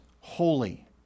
holy